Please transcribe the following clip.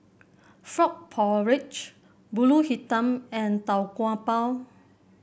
Frog Porridge pulut hitam and Tau Kwa Pau